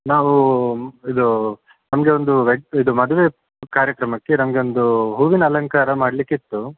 ನಾವು ಇದು ನಮಗೆ ಒಂದು ವೆ ಇದು ಮದುವೆ ಕಾರ್ಯಕ್ರಮಕ್ಕೆ ನಮಗೆ ಒಂದು ಹೂವಿನ ಅಲಂಕಾರ ಮಾಡಲಿಕ್ಕಿತ್ತು